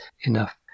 enough